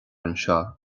anseo